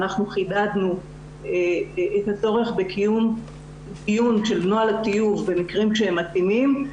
חידדנו את הצורך בקיום --- של נוהל הטיוב במקרים כשהם מתאימים,